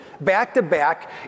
back-to-back